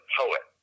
poet